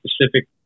specific